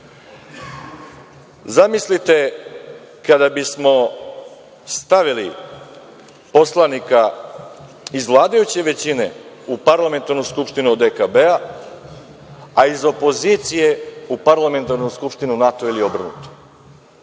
Zamislite kada bismo stavili poslanika iz vladajuće većine u Parlamentarnu skupštinu ODKB-a, a iz opozicije u Parlamentarnu skupštinu NATO-a, ili obrnuto.